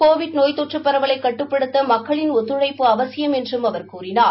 Covid நோய் தொற்று பரவலை கட்டுப்படுத்த மக்களின் ஒத்துழைப்பு அவசியம் என்று அவர் கூறினார்